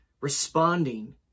responding